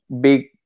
big